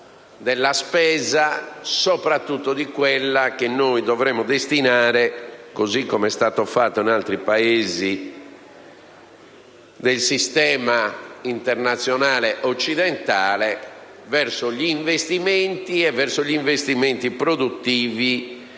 della spesa, soprattutto di quella che noi dovremmo destinare, così come è stato fatto in altri Paesi del sistema internazionale occidentale, agli investimenti, in particolare a quelli produttivi